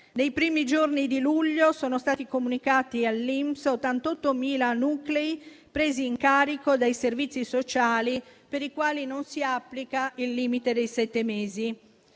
Nei primi giorni di luglio sono stati comunicati all'INPS 88.000 nuclei presi in carico dai servizi sociali per i quali non si applica il limite dei sette mesi.